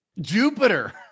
jupiter